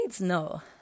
no